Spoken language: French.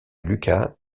lucas